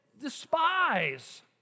despise